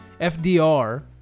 FDR